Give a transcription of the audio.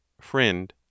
Friend